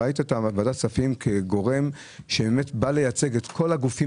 ראית את ועדת הכספים כגורם שבאמת בא לייצג את כל הגופים